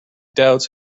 doubts